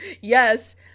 yes